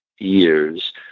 years